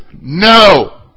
No